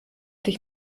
dich